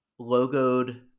logoed